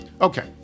Okay